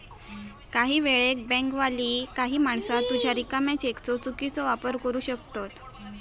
काही वेळेक बँकवाली काही माणसा तुझ्या रिकाम्या चेकचो चुकीचो वापर करू शकतत